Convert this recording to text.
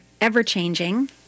ever-changing